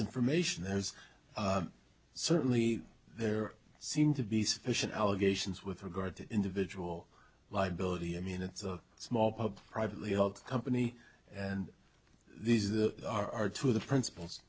information there's certainly there seem to be sufficient allegations with regard to individual liability i mean it's a small pub privately held company and these that are two of the principals